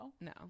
no